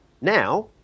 Now